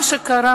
מה שקרה,